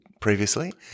previously